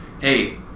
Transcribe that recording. hey